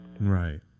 right